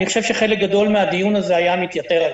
אני חושב שחלק גדול מהדיון הזה היה מתייתר.